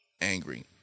angry